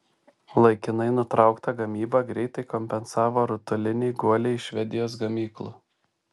laikinai nutrauktą gamybą greitai kompensavo rutuliniai guoliai iš švedijos gamyklų